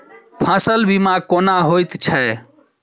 फसल बीमा कोना होइत छै?